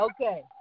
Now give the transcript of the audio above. okay